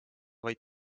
vaid